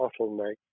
bottleneck